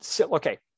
okay